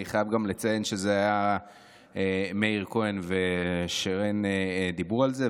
אני חייב גם לציין שמאיר כהן ושרן דיברו על זה,